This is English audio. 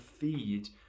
feed